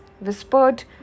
whispered